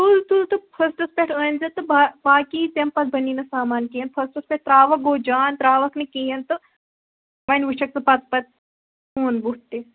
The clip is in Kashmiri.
تُل تُل تہٕ فٔسٹس پیٹھ أنۍزِ تہٕ باقی تمہِ پَتہٕ بَنی نہٕ سامان کیٚںٛہہ فٔسٹس پیٹھ تراوکھ گوٚو جان تراوکھ نہٕ کہِیٖنۍ تہٕ وۄنۍ وٕچھکھ پَتہٕ پَتہٕ میون بُتھ تہِ